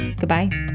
Goodbye